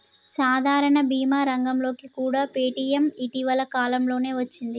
సాధారణ భీమా రంగంలోకి కూడా పేటీఎం ఇటీవల కాలంలోనే వచ్చింది